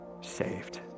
saved